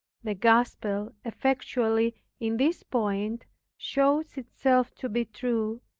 the gospel effectually in this point shows itself to be true,